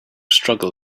struggle